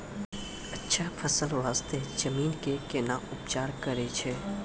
अच्छा फसल बास्ते जमीन कऽ कै ना उपचार करैय छै